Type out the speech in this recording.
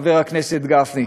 חבר הכנסת גפני,